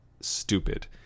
Stupid